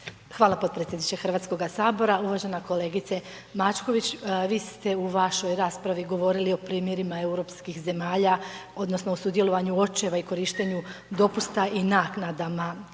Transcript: lijepo podpredsjedniče Hrvatskoga sabora. Uvažena kolegice Mačković, vi ste u vašoj raspravi govorili o primjerima europskih zemalja odnosno o sudjelovanju očeva i korištenju dopusta i naknadama